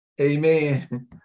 Amen